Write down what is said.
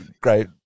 great